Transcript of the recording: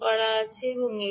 radio বন্ধ আছে